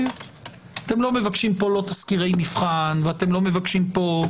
אתם לא מבקשים פה לא תסקירי מבחן ולא הערכות